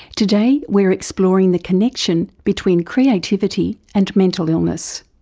today we're exploring the connection between creativity and mental illness.